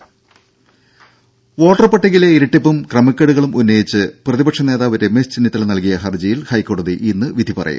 ദേദ വോട്ടർപട്ടികയിലെ ഇരട്ടിപ്പും ക്രമക്കേടുകളും ഉന്നയിച്ച് പ്രതിപക്ഷ നേതാവ് രമേശ് ചെന്നിത്തല നൽകിയ ഹർജിയിൽ ഹൈക്കോടതി ഇന്ന് വിധി പറയും